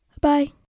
Bye